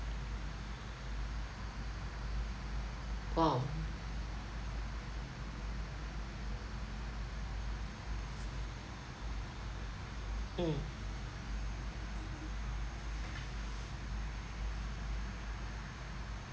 !wow! mm